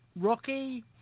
Rocky